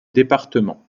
départements